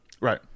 right